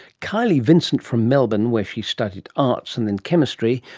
kylie vincent from melbourne, where she studied arts and then chemistry,